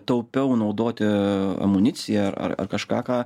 taupiau naudoti amuniciją ar ar kažką ką